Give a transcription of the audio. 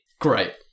Great